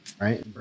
right